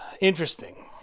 interesting